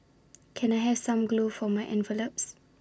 can I have some glue for my envelopes